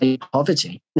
poverty